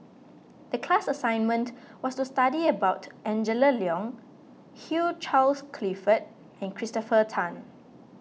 the class assignment was to study about Angela Liong Hugh Charles Clifford and Christopher Tan